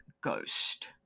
ghost